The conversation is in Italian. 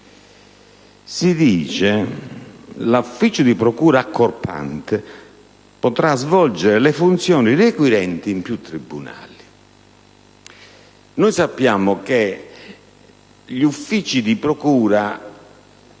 malissimo) che l'ufficio di procura accorpante potrà svolgere le funzioni requirenti in più tribunali. Noi sappiamo che gli uffici di procura sono